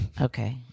Okay